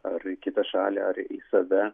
ar į kitą šalį ar į save